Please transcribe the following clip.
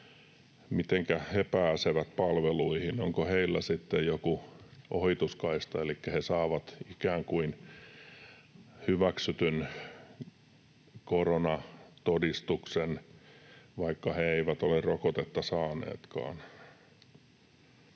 Mitenkä he pääsevät palveluihin? Onko heillä sitten joku ohituskaista, niin että he saavat ikään kuin hyväksytyn koronatodistuksen, vaikka he eivät ole rokotetta saaneetkaan?